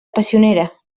passionera